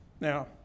Now